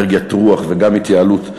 אנרגיית רוח וגם התייעלות אנרגטית,